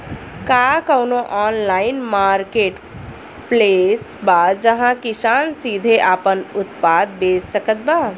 का कउनों online marketplace बा जहां किसान सीधे आपन उत्पाद बेच सकत बा?